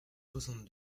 soixante